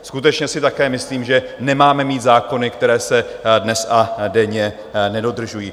Skutečně si také myslím, že nemáme mít zákony, které se dnes a denně nedodržují.